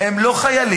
הם לא חיילים,